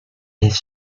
his